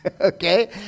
Okay